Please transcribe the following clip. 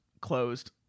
closed